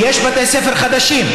ויש בתי ספר חדשים,